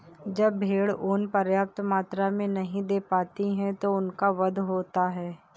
जब भेड़ ऊँन पर्याप्त मात्रा में नहीं दे पाती तो उनका वध होता है